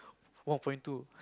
one point two